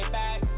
back